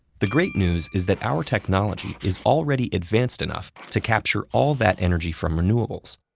the great news is that our technology is already advanced enough to capture all that energy from renewables,